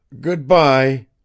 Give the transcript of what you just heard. Goodbye